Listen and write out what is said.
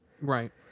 Right